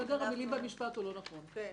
סדר המילים במשפט הוא לא נכון.